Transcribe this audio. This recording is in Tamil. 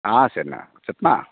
ஆ சரிண்ணா வச்சுரட்டுமா